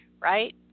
right